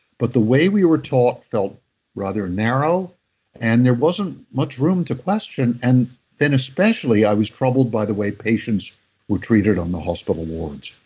but the way we were taught felt rather narrow and there wasn't much room to question. and then especially i was troubled by the way patients were treated on the hospital wards.